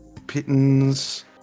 Pittons